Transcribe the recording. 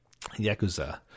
Yakuza